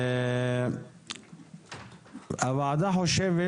הוועדה חושבת